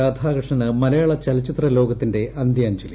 രാധാകൃഷ്ണന് മലയാള ചലച്ചിത്ര ലോകത്തിന്റെ അന്ത്യാഞ്ജലി